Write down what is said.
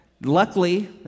luckily